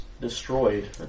Destroyed